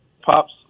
Pops